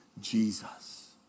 Jesus